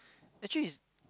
actually is